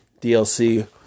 DLC